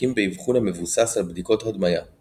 מסתפקים באבחון המבוסס על בדיקות הדמיה US